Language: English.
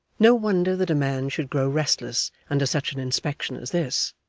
no wonder that a man should grow restless under such an inspection as this,